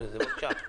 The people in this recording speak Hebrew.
בבקשה.